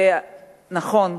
נכון,